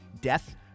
Death